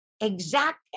exact